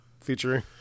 featuring